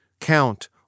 count